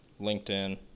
LinkedIn